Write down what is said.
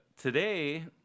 today